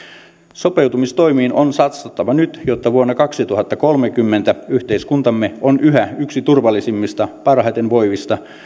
sopeutumistoimiin on satsattava nyt jotta vuonna kaksituhattakolmekymmentä yhteiskuntamme on yhä yksi turvallisimmista parhaiten voivista